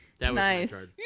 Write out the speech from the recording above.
nice